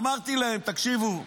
אמרתי, תקשיבו,